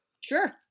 Sure